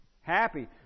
happy